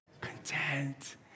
Content